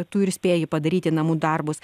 tu ir spėji padaryti namų darbus